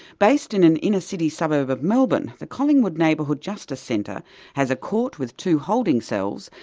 based in an inner-city suburb of melbourne, the collingwood neighbourhood justice centre has a court with two holding cells,